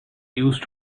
used